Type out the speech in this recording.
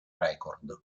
record